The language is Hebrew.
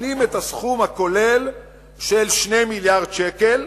נותנים את הסכום הכולל של 2 מיליארדי שקל,